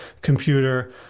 computer